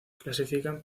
clasifican